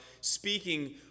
speaking